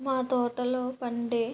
మా తోటలో పండే